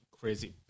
Crazy